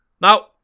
Now